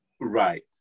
Right